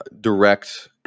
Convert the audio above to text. direct